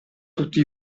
tutti